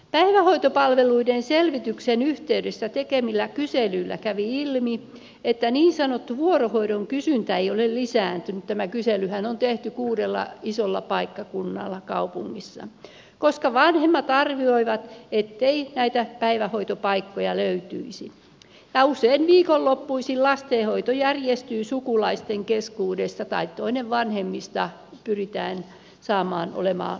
päivähoitopalveluiden selvityksen yhteydessä tehdyillä kyselyillä kävi ilmi että niin sanottu vuorohoidon kysyntä ei ole lisääntynyt tämä kyselyhän on tehty kuudella isolla paikkakunnalla kaupungeissa koska vanhemmat arvioivat ettei näitä päivähoitopaikkoja löytyisi ja usein viikonloppuisin lastenhoito järjestyy sukulaisten keskuudesta tai toinen vanhemmista pyritään saamaan olemaan kotona